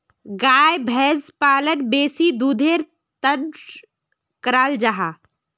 गाय भैंस पालन बेसी दुधेर तंर कराल जाहा